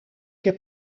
heb